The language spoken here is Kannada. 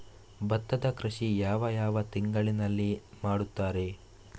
ಭತ್ತದ ಕೃಷಿ ಯಾವ ಯಾವ ತಿಂಗಳಿನಲ್ಲಿ ಮಾಡುತ್ತಾರೆ?